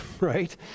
right